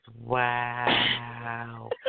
wow